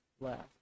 left